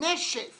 נשף